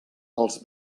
els